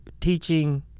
teaching